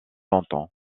longtemps